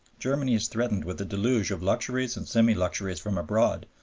germany is threatened with a deluge of luxuries and semi-luxuries from abroad,